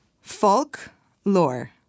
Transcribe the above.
Folk-lore